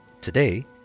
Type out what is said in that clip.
Today